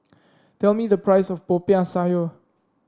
tell me the price of Popiah Sayur